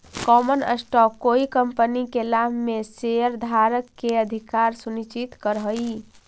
common stock कोई company के लाभ में शेयरधारक के अधिकार सुनिश्चित करऽ हई